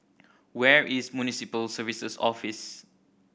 where is Municipal Services Office